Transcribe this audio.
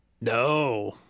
No